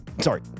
Sorry